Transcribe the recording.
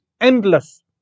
endless